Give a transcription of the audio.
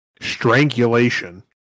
strangulation